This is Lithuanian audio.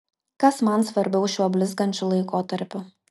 kas man svarbiau šiuo blizgančiu laikotarpiu